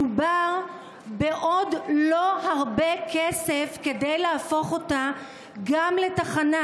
מדובר בלא עוד הרבה כסף כדי להפוך אותה גם לתחנה.